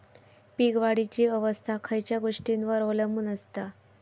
पीक वाढीची अवस्था खयच्या गोष्टींवर अवलंबून असता?